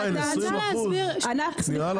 אבל עדיין 20%, נראה לך שאנחנו נתמוך ב-20%?